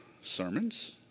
sermons